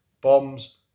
bombs